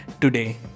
today